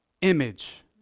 image